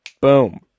Boom